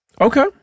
Okay